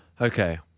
Okay